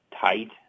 tight